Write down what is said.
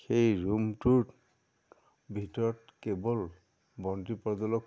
সেই ৰুমটোৰ ভিতৰত কেৱল বন্তি প্ৰজলক